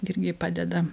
irgi padeda